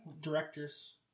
Directors